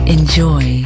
Enjoy